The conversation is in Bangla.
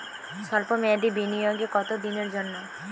সল্প মেয়াদি বিনিয়োগ কত দিনের জন্য?